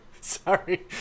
Sorry